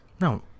No